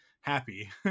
happy